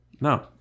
No